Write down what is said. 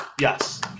yes